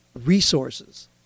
resources